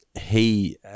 he-